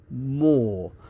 More